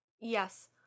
Yes